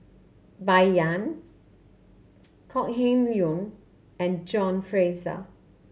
Bai Yan Kok Heng Leun and John Fraser